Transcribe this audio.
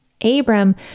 Abram